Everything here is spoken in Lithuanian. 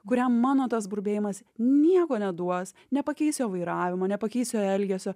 kuriam mano tas burbėjimas nieko neduos nepakeis jo vairavimo nepakeis jo elgesio